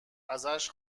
ازش